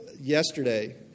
yesterday